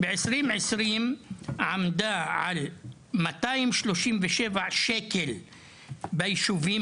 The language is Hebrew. בשנת 2020 ההשקעה עמדה על כ-237 שקלים ביישובים